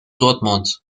dortmund